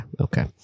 Okay